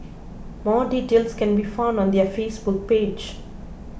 more details can be found on their Facebook page